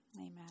amen